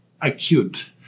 acute